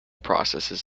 processes